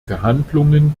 verhandlungen